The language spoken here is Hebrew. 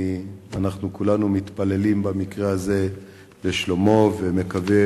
אנחנו כולנו מתפללים במקרה הזה לשלומו ונקווה